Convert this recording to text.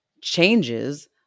changes